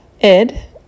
Ed